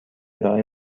ارائه